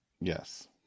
yes